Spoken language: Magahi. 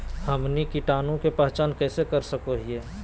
हमनी कीटाणु के पहचान कइसे कर सको हीयइ?